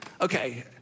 okay